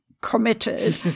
committed